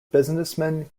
businessman